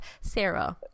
Sarah